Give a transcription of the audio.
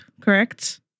correct